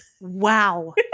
Wow